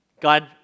God